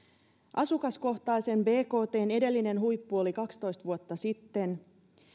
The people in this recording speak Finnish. asukaskohtaisen bktn edellinen huippu oli kaksitoista vuotta sitten